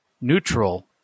neutral